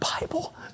Bible